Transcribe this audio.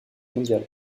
mondial